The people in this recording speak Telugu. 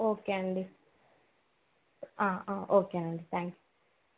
ఓకే అండి ఓకే అండి థ్యాంక్స్